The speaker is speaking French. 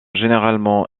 généralement